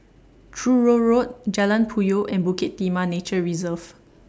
Truro Road Jalan Puyoh and Bukit Timah Nature Reserve